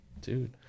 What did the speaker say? dude